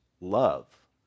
love